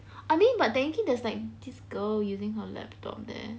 I mean but technically there's like this girl using her laptop there